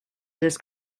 this